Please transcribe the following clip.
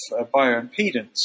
bioimpedance